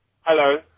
Hello